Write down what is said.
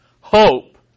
Hope